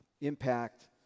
impact